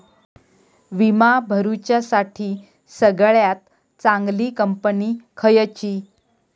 विमा भरुच्यासाठी सगळयात चागंली कंपनी खयची?